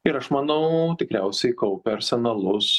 ir aš manau tikriausiai kaupia arsenalus